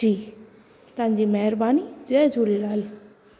जी तव्हांजी महिरबानी जय झूलेलाल